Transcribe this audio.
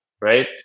right